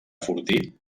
fortí